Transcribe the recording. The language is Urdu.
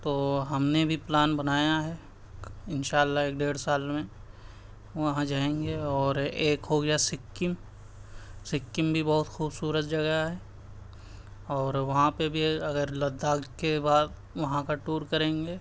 تو ہم نے بھی پلان بنایا ہے ان شاء اللّہ ایک ڈیڑھ سال میں وہاں جائیں گے اور ایک ہو گیا سکم سکم بھی بہت خوبصورت جگہ ہے اور وہاں پہ بھی اگر لداخ کے بعد وہاں کا ٹور کریں گے